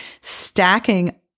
stacking